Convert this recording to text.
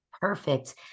perfect